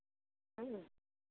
है ना